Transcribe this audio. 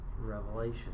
Revelation